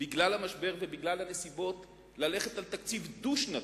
בגלל המשבר ובגלל הנסיבות, ללכת לתקציב דו-שנתי,